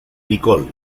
nicole